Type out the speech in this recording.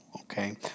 Okay